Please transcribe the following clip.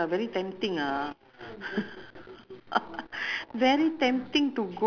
chef amri punya the chef amri punya restaurant a'ah yes